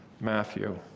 Matthew